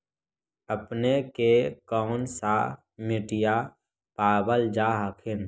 अपने के कौन सा मिट्टीया पाबल जा हखिन?